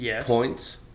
points